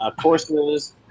courses